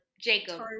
Jacob